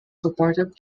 supported